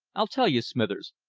i'll tell you, smithers.